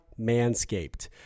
Manscaped